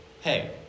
hey